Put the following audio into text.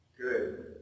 good